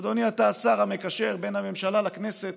אדוני, אתה השר המקשר בין הממשלה לכנסת,